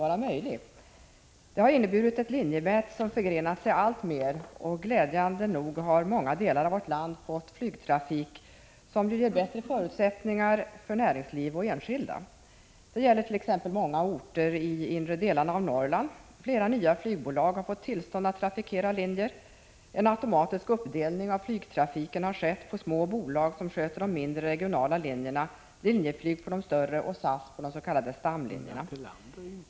Denna utveckling har inneburit ett alltmer förgrenat linjenät, och glädjande nog har många delar av vårt land fått flygtrafik, som ju ger bättre förutsättningar för näringsliv och enskilda. Det gäller t.ex. många orter i de inre delarna av Norrland. Flera nya flygbolag har fått tillstånd att trafikera linjer. En automatisk uppdelning av flygtrafiken har skett på så sätt att små bolag sköter de mindre, regionala linjerna, Linjeflyg de större och SAS de s.k. stamlinjerna.